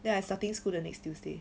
then I starting school the next tuesday